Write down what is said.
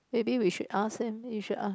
maybe we should ask them we should ask